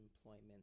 employment